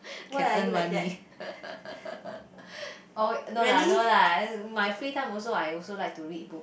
can earn money oh wait no lah no lah my free time also I also like to read book